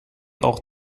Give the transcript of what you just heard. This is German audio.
auch